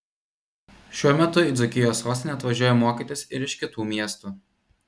šiuo metu į dzūkijos sostinę atvažiuoja mokytis ir iš kitų miestų